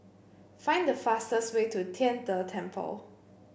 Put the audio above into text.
find the fastest way to Tian De Temple